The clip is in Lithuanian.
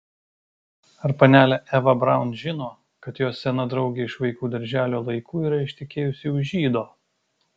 ar panelė eva braun žino kad jos sena draugė iš vaikų darželio laikų yra ištekėjusi už žydo